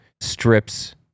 strips